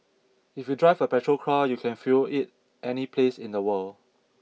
if you drive a petrol car you can fuel it any place in the world